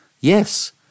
Yes